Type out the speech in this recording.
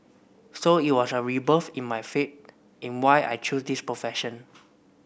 so it was a rebirth in my faith in why I chose this profession